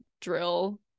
drill